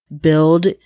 build